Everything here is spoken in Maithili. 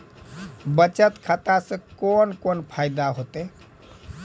बचत खाता सऽ कून कून फायदा हेतु?